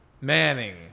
Manning